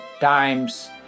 times